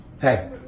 Hey